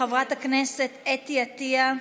חברת הכנסת אתי עטייה,